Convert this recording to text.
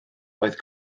oedd